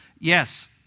yes